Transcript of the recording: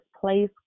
place